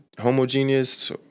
Homogeneous